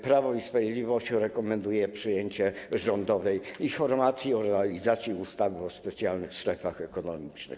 Prawo i Sprawiedliwość rekomenduje przyjęcie rządowej informacji o realizacji ustawy o specjalnych strefach ekonomicznych.